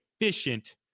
efficient